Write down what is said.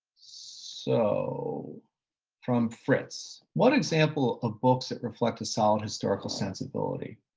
so from fritz, what example of books that reflect a solid historical sensibility?